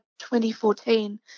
2014